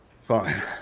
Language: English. Fine